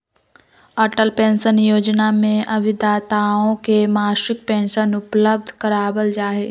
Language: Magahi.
अटल पेंशन योजना में अभिदाताओं के मासिक पेंशन उपलब्ध करावल जाहई